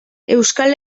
euskal